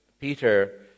Peter